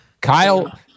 Kyle